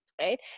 right